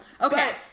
okay